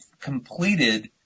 completed